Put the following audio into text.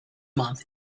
month